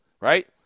right